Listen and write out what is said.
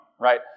right